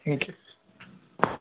ठीक आहे